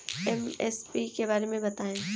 MSP के बारे में बतायें?